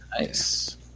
Nice